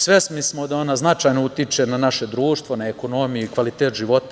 Svesni smo da ona značajno utiče na naše društvo, na ekonomiju i kvalitet života.